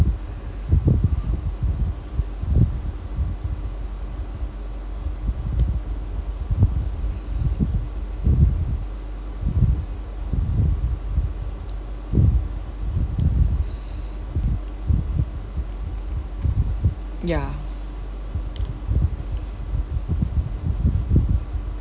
ya